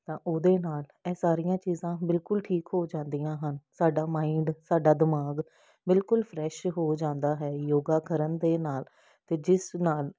ਤਾਂ ਉਹਦੇ ਨਾਲ ਇਹ ਸਾਰੀਆਂ ਚੀਜ਼ਾਂ ਬਿਲਕੁਲ ਠੀਕ ਹੋ ਜਾਂਦੀਆਂ ਹਨ ਸਾਡਾ ਮਾਇੰਡ ਸਾਡਾ ਦਿਮਾਗ ਬਿਲਕੁਲ ਫਰੈਸ਼ ਹੋ ਜਾਂਦਾ ਹੈ ਯੋਗਾ ਕਰਨ ਦੇ ਨਾਲ ਅਤੇ ਜਿਸ ਨਾਲ